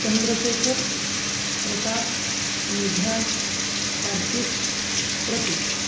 चन्द्रशेखरः प्रसा मेघ्राजः कार्तीक्ः प्रतीकः